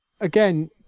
again